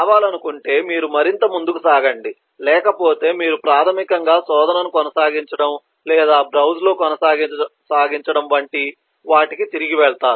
కావాలనుకుంటే మీరు మరింత ముందుకు సాగండి లేకపోతే మీరు ప్రాథమికంగా శోధనను కొనసాగించడం లేదా బ్రౌజ్లో కొనసాగించడం వంటి వాటికి తిరిగి వెళతారు